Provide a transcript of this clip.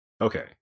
Okay